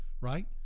right